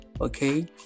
okay